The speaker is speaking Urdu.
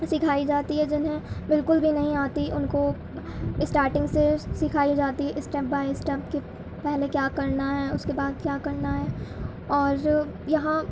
سکھائی جاتی ہے جنہیں بالکل بھی نہیں آتی ان کو اسٹارٹنگ سے سکھائی جاتی اسٹیپ بائی اسٹیپ کہ پہلے کیا کرنا ہے اس کے بعد کیا کرنا ہے اور یہاں